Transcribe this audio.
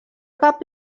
cap